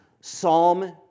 Psalm